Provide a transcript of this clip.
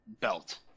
belt